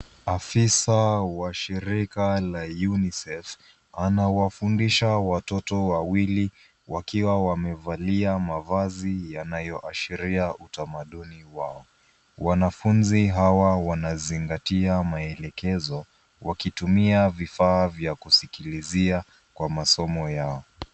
Afisa wa shirika la UNICEF anawafundisha watoto wawili wakiwa wamevalia mavazi yanayoashiria utamaduni wao. Wanafunzi hawa wanazingatia maelekezo wakitumia vifaa vya kusikilizia kwa masomo yao.